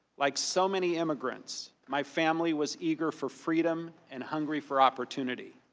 like so many immigrants, my family was eager for freedom and hungry for opportunity.